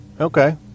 Okay